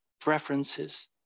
preferences